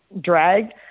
drag